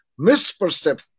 misperception